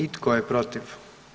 I tko je protiv?